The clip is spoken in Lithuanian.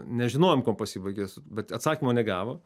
nežinojom kuo pasibaigė bet atsakymo negavo